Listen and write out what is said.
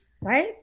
right